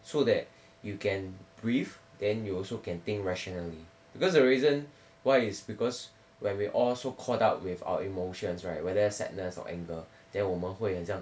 so that you can breathe then you also can think rationally because the reason why is because when we also caught up with our emotions right whether sadness or anger then 我们会很像